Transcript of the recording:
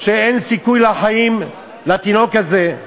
שאין סיכוי לחיים לתינוק הזה,